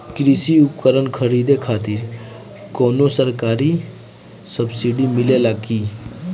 कृषी उपकरण खरीदे खातिर कउनो सरकारी सब्सीडी मिलेला की?